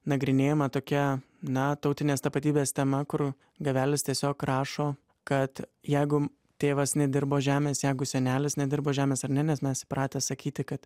nagrinėjama tokia na tautinės tapatybės tema kur gavelis tiesiog rašo kad jeigu tėvas nedirbo žemės jeigu senelis nedirbo žemės ar ne nes mes įpratę sakyti kad